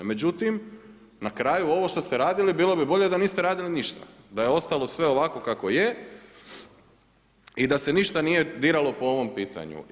Međutim, na kraju ovo što ste radili bilo bi bolje da niste radili ništa, da je ostalo sve ovako kako je i da se ništa nije diralo po ovom pitanju.